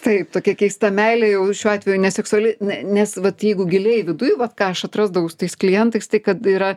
taip tokia keista meilė jau šiuo atveju neseksuali ne nes vat jeigu giliai viduj vat ką aš atrasdavau su tais klientais tai kad yra